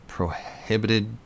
prohibited